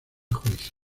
juicio